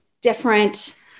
different